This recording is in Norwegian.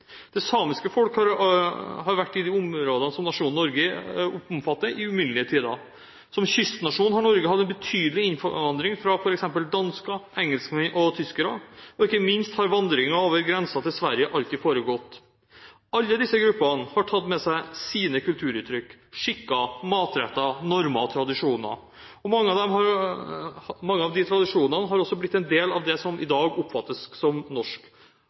Det samiske folk har vært i de områdene som nasjonen Norge omfatter, i uminnelige tider. Som kystnasjon har Norge hatt en betydelig innvandring av f.eks. dansker, engelskmenn og tyskere, og ikke minst har vandringer over grensen til Sverige alltid foregått. Alle disse gruppene har tatt med seg sine kulturuttrykk, skikker, matretter, normer og tradisjoner. Mange av disse tradisjonene har også blitt en del av det som i dag oppfattes som norsk,